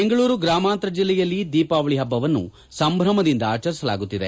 ಬೆಂಗಳೂರು ಗ್ರಾಮಾಂತರ ಜಿಲ್ಲೆಯಲ್ಲಿ ದೀಪಾವಳಿ ಹಬ್ಬವನ್ನು ಸಂಭ್ರಮದಿಂದ ಆಚರಿಸಲಾಗುತ್ತಿದೆ